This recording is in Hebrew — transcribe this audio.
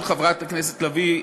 הצעת החוק של חברת הכנסת לביא,